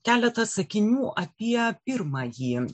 keletą sakinių apie pirmąjį